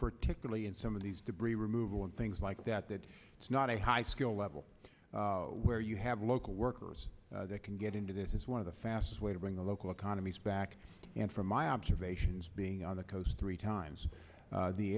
particularly in some of these debris removal and things like that that it's not a high skill level where you have local workers that can get into this is one of the fastest way to bring the local economies back and from my observations being on the coast three times